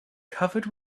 covered